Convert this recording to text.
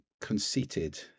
conceited